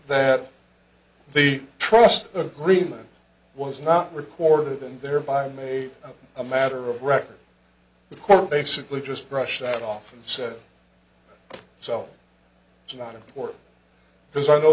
that the trust agreement was not recorded and thereby made a matter of record the court basically just brushed that off and said so it's not important because i know